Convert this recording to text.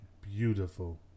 beautiful